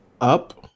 up